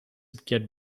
get